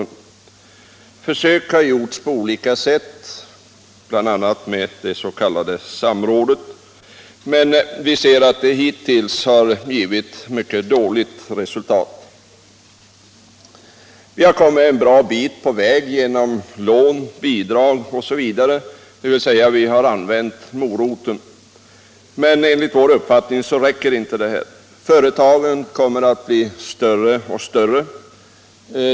Försök med regionalpolitisk styrning har gjorts på olika sätt, bl.a. genom det s.k. samrådet, men hittills har de givit mycket dåligt resultat. Vi har kommit en bra bit på väg genom lån, bidrag osv., dvs. vi har använt moroten. Men enligt vår uppfattning räcker inte detta. Företagen kommer att bli större och större.